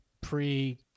Pre